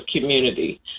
community